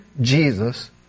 Jesus